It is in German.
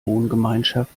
wohngemeinschaft